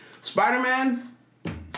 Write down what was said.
Spider-Man